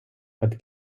but